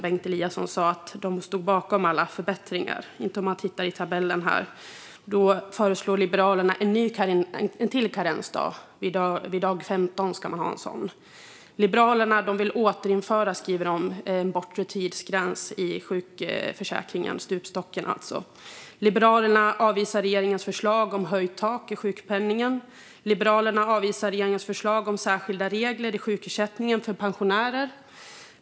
Bengt Eliasson sa att de stod bakom alla förbättringar, men det stämmer inte om man tittar i tabellen här. Liberalerna föreslår ytterligare en karensdag. Vid dag 15 ska man ha en sådan. Liberalerna skriver att de vill återinföra en bortre tidsgräns i sjukförsäkringen - stupstocken alltså. Liberalerna avvisar regeringens förslag om höjt tak i sjukpenningen. Liberalerna avvisar regeringens förslag om särskilda regler i sjukersättningen för pensionärer.